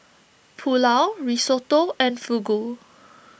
Pulao Risotto and Fugu